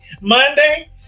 Monday